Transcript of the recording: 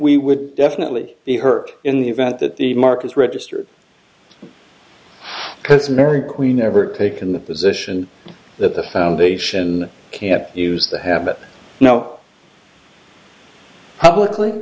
we would definitely be hurt in the event that the mark is registered because mary queen ever taken the position that the foundation can use the have no publicly